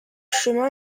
chemin